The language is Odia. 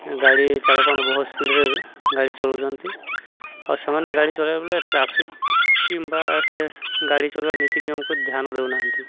ଗାଡ଼ି ଚାଲକମାନେ ବହୁତ ସ୍ପିଡ଼୍ରେ ଗାଡ଼ି ଚଲଉଛନ୍ତି ଆଉ ସେମାନେ ଗାଡ଼ି ଚଲେଇବା ବଲେ ଟ୍ରାଫିକ୍ କିମ୍ବା ସେ ଗାଡ଼ି ଚଲେଇବା ନୀତି ନିୟମକୁ ଧ୍ୟାନ ଦେଉନାହାନ୍ତି